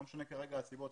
לא משנה כרגע הסיבות,